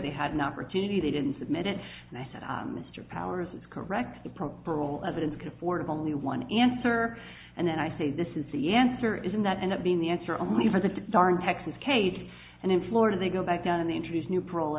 they had an opportunity they didn't submit it and i said mr powers is correct the proper role evidence can afford only one answer and then i say this is the answer isn't that end up being the answer only for the darn texans cade's and in florida they go back down and they introduce new prole